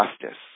justice